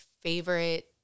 favorite